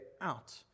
out